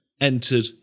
entered